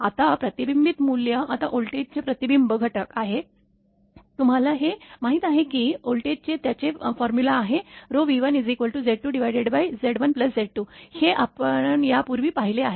आता प्रतिबिंबित मूल्ये आता व्होल्टेजचे प्रतिबिंब घटक आहेत आम्हाला हे माहित आहे की व्होल्टेजचे त्याचे फॉर्म्युला आहे V1Z2 Z1Z1Z2 हे आपण यापूर्वी पाहिले आहे